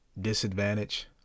disadvantage